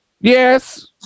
Yes